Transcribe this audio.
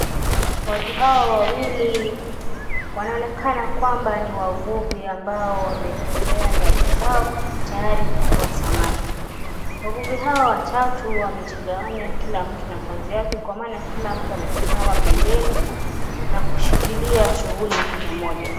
Watu hawa wawili wanaonekana kwamba ni wavuvi ambao wameekelea nyavu zao tayari kuvua samaki. Wavuvi hawa watatu wamejigawanya kila mtu na kazi yake kwa maana kila mtu amesimama pembeni na kushikilia shughuli mojamoja.